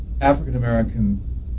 African-American